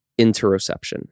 interoception